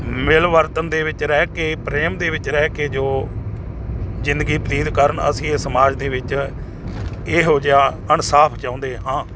ਮਿਲਵਰਤਨ ਦੇ ਵਿੱਚ ਰਹਿ ਕੇ ਪ੍ਰੇਮ ਦੇ ਵਿੱਚ ਰਹਿ ਕੇ ਜੋ ਜ਼ਿੰਦਗੀ ਬਤੀਤ ਕਰਨ ਅਸੀਂ ਇਹ ਸਮਾਜ ਦੇ ਵਿੱਚ ਇਹੋ ਜਿਹਾ ਇਨਸਾਫ ਚਾਹੁੰਦੇ ਹਾਂ